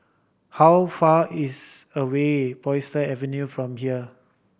how far is away Avenue from here